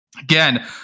again